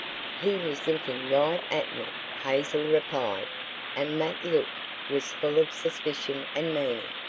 he was looking right at me, hazel replied and that look was full of suspicion and meaning.